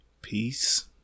peace